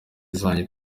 zanjye